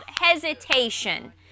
hesitation